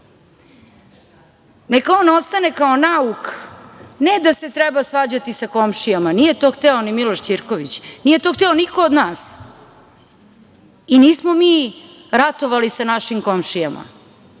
Neka on ostane kao nauk ne da se treba svađati sa komšijama, nije to hteo ni Miloš Ćirković, nije to hteo niko od nas. I nismo mi ratovali sa našim komšijama,